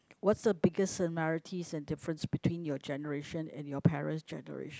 what's the biggest similarities and difference between your generation and your parents' generation